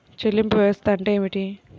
చెల్లింపు వ్యవస్థ అంటే ఏమిటి?